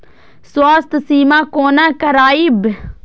स्वास्थ्य सीमा कोना करायब?